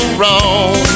wrong